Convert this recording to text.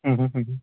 ಹ್ಞೂ ಹ್ಞೂ ಹ್ಞೂ ಹ್ಞೂ